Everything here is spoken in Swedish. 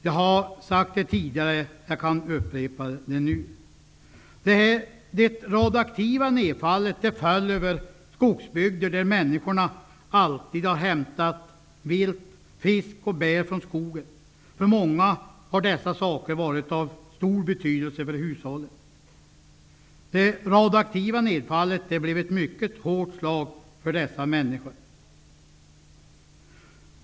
Jag har sagt det tidigare; jag kan upprepa det. Det radioaktiva nedfallet föll över bygder där människor alltid har hämtat vilt, fisk och bär från skogen. För många har detta varit av stor betydelse för hushållet. Det radioaktiva nedfallet blev ett mycket hårt slag för dessa människor.